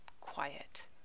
quiet